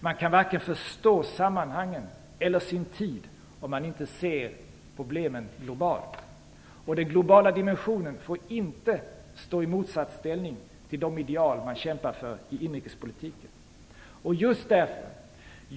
Man kan varken förstå sammanhangen eller sin tid om man inte ser problemen globalt. Den globala dimensionen får inte stå i motsatsställning till de ideal som man kämpar för i inrikespolitiken.